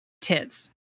tits